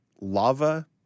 lava